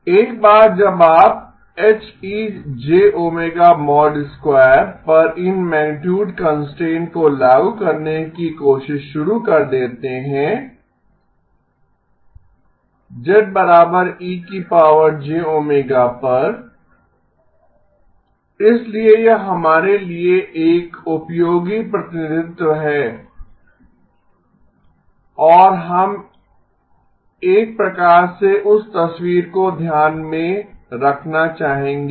एक बार जब आप पर इन मैगनीटुड कंस्ट्रेंट्स को लागू करने की कोशिश शुरू कर देते हैं zejw पर इसलिए यह हमारे लिए एक उपयोगी प्रतिनिधित्व है और हम एक प्रकार से उस तस्वीर को ध्यान में रखना चाहेंगे